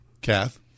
Kath